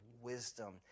wisdom